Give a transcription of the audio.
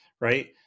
Right